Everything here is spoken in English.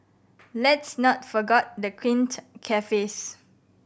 let's not forgot the quaint cafes